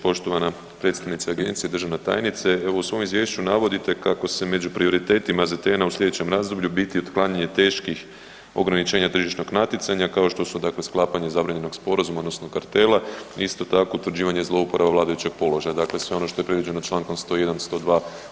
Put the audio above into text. Poštovana predstavnice agencije, državna tajnice, evo u svom izvješću navodite kako će među prioritetima AZTN-a u slijedećem razdoblju biti otklanjanje teških ograničenja tržišnog natjecanja kao što su dakle sklapanje zabranjenog sporazuma odnosno kartela, isto tako utvrđivanje i zlouporaba vladajućeg položaja, dakle sve ono što je predviđeno čl. 101., 102.